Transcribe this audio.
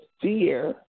fear